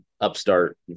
upstart